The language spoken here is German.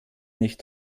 nicht